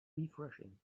refreshing